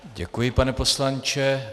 Děkuji, pane poslanče.